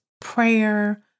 prayer